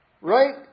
right